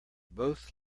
both